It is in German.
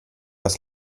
aus